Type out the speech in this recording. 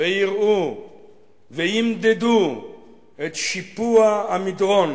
ויראו וימדדו את שיפוע המדרון